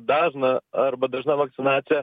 dažna arba dažna vakcinacija